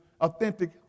authentic